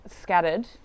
scattered